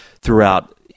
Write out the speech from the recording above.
throughout